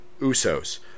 Usos